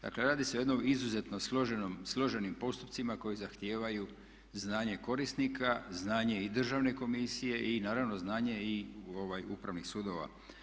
Dakle, radi se o jednim izuzetno složenim postupcima koji zahtijevaju znanje korisnika, znanje i Državne komisije i naravno znanje upravnih sudova.